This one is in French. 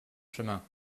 chemin